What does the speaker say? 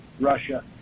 Russia